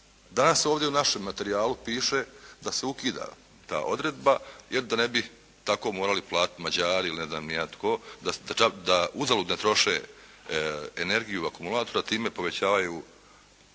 Danas ovdje u našem materijalu piše da se ukida ta odredba jer da ne bi tako morali platit Mađari ili ne znam ni ja tko, da uzalud ne troše energiju akumulatora. Time povećavaju